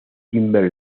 kimmel